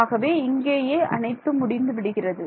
ஆகவே இங்கேயே அனைத்தும் முடிந்து விடுகிறது